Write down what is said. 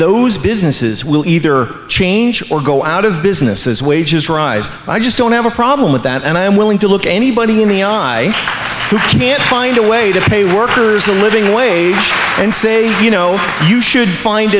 those businesses will either change or go out of business as wages rise i just don't have a problem with that and i am willing to look anybody in the eye can find a way to pay workers a living wage and say you know you should find